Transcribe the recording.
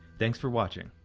thanks for watching.